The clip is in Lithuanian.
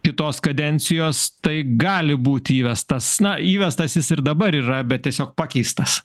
kitos kadencijos tai gali būti įvestasna įvestas jis ir dabar yra bet tiesiog pakeistas